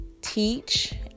teach